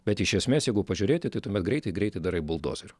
bet iš esmės jeigu pažiūrėti tai tuomet greitai greitai darai buldozeriu